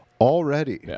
already